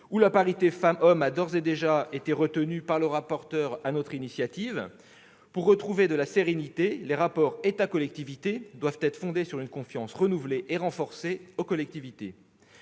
les femmes et les hommes a d'ores et déjà été retenue par le rapporteur, sur notre initiative. Pour retrouver de la sérénité, les rapports entre l'État et les collectivités doivent être fondés sur une confiance renouvelée et renforcée dans les collectivités.